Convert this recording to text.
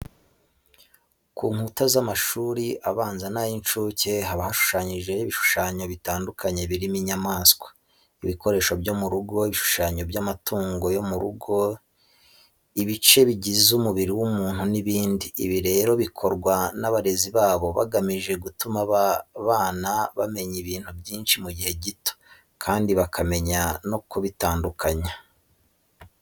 Ku nkuta z'amashuri abanza n'ay'incuke haba hashushanyijeho ibishushanyo bitandukanye birimo inyamaswa, ibikoresho byo mu rugo, ibishushanyo by'amatungo yo mu rugo, ibice bigize umubiri w'umuntu n'ibindi. Ibi rero bikorwa n'abarezi babo bagamije gutuma aba bana bamenya ibintu byinshi mu gihe gito kandi bakamenya no kubitandukanya.